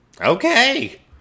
okay